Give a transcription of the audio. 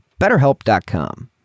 BetterHelp.com